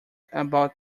about